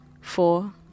Four